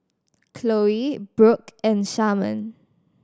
Khloe Brook and Sharman